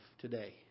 today